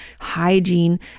hygiene